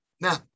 Now